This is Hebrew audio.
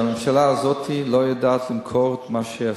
שהממשלה הזאת לא יודעת למכור את מה שהיא עשתה.